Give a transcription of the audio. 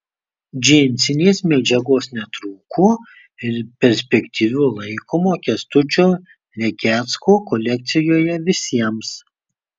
džinsinės medžiagos netrūko ir perspektyviu laikomo kęstučio lekecko kolekcijoje visiems